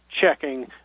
checking